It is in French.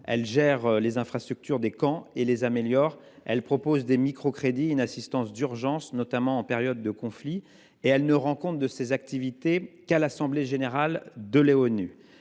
Il gère les infrastructures des camps et les améliore. Il propose des microcrédits et une assistance d’urgence, notamment en période de conflit. Je précise qu’il ne rend compte de ses activités qu’à l’Assemblée générale de